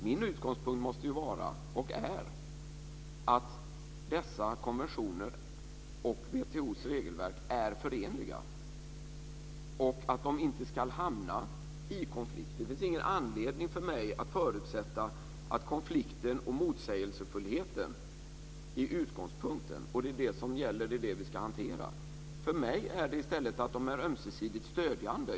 Min utgångspunkt måste vara, och är, att dessa konventioner och WTO:s regelverk är förenliga och att de inte ska hamna i konflikt. Det finns ingen anledning för mig att förutsätta att konflikten och motsägelsefullheten är utgångspunkten och att det är det som gäller och som vi ska hantera. För mig är det i stället att de är ömsesidigt stödjande.